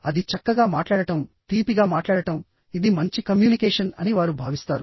అది చక్కగా మాట్లాడటం తీపిగా మాట్లాడటం ఇది మంచి కమ్యూనికేషన్ అని వారు భావిస్తారు